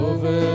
Over